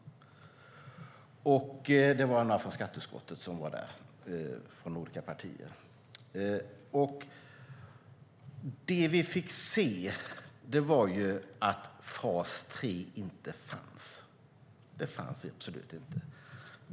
Det var några från skattutskottet från olika partier som var där. Det vi fick se var att fas 3 inte fanns. Det fanns absolut inte.